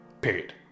Period